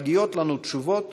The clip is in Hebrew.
מגיעות לנו תשובות.